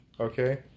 Okay